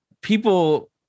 People